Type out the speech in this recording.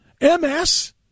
MS